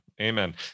amen